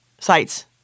Sites